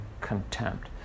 contempt